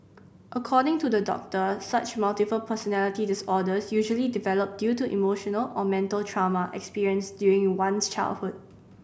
according to the doctor such multiple personality disorders usually develop due to emotional or mental trauma experienced during one's childhood